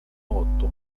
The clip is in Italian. otto